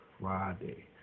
Friday